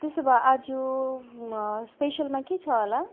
त्यसो भए आजु म स्पेसलमा के छ होला